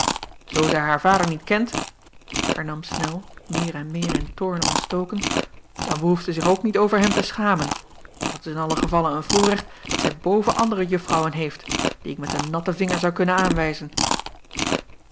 oo zij haar vader niet kent hernam nel meer en meer in toorn ontstoken dan behoeft zij zich ook niet acob van ennep laasje evenster delen over hem te schamen en dat is in allen gevalle een voorrecht dat zij boven andere uffrouwen heeft die ik met een natten vinger zou kunnen aanwijzen